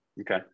Okay